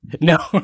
No